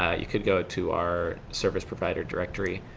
ah you could go to our service provider directory.